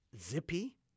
Zippy